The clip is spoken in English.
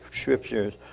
scriptures